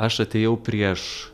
aš atėjau prieš